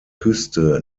küste